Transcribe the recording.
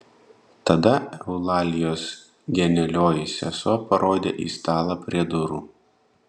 tada eulalijos genialioji sesuo parodė į stalą prie durų